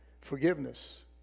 Forgiveness